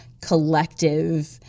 collective